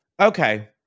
Okay